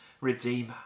Redeemer